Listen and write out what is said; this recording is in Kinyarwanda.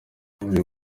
uyu